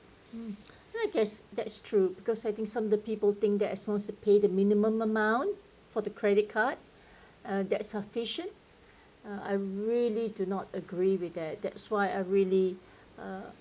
mm I guess that's true because I think some of the people think that as long as you pay the minimum amount for the credit card that sufficient uh I really do not agree with that that's why I really uh